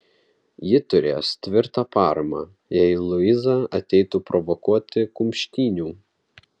ji turės tvirtą paramą jei luiza ateitų provokuoti kumštynių